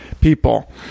people